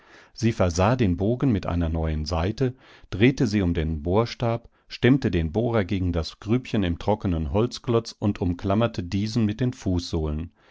sie versah den bogen mit einer neuen saite drehte sie um den bohrstab stemmte den bohrer gegen das grübchen im trockenen holzklotz und umklammerte diesen mit den fußsohlen